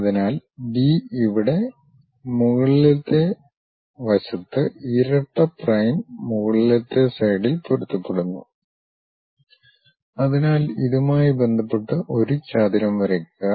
അതിനാൽ ബി ഇവിടെ മുകളിലെ വശത്ത് ഇരട്ട പ്രൈം മുകളിലത്തെ സൈഡിൽ പൊരുത്തപ്പെടുന്നു അതിനാൽ ഇതുമായി ബന്ധപ്പെട്ട് ഒരു ചതുരം വരയ്ക്കുക